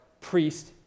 priest